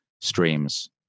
streams